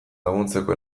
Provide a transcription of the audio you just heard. laguntzeko